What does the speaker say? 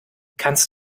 kannst